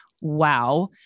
wow